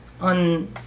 on